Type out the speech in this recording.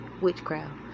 Witchcraft